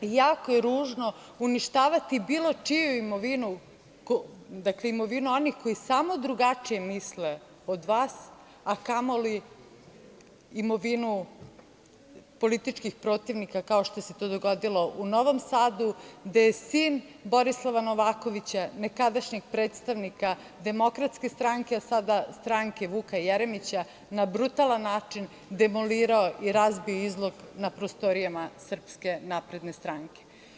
Jako je ružno uništavati bilo čiju imovinu, dakle imovinu onih koji samo drugačije misle od vas, a kamoli imovinu političkih protivnika kao što se to dogodilo u Novom Sadu gde je sin Borislava Novakovića, nekadašnjeg predstavnika DS, a sada stranke Vuka Jeremića na brutalan način demolirao i razbio izlog na prostorijama SNS.